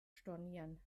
stornieren